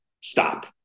stop